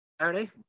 Saturday